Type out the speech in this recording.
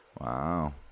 Wow